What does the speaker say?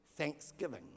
thanksgiving